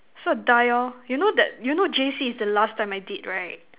so die lor you know that you know J_C is the last time I did right